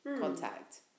Contact